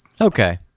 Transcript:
Okay